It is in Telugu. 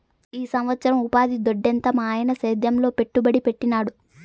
ఈ సంవత్సరం ఉపాధి దొడ్డెంత మాయన్న సేద్యంలో పెట్టుబడి పెట్టినాడు